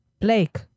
Blake